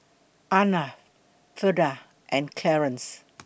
Arnav Freida and Clearence